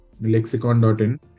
lexicon.in